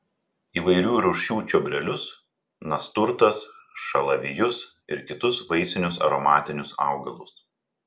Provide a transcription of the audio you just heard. įvairių rūšių čiobrelius nasturtas šalavijus ir kitus vaistinius aromatinius augalus